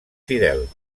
fidel